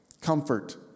comfort